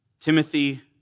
Timothy